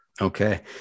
Okay